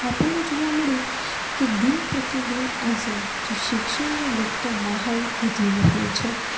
આપણને જોવા મળે કે દિન પ્રતિદિન આજે જે શિક્ષણને લીધે લગતો માહોલ વધી રહ્યો છે